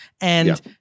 And-